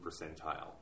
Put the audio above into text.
percentile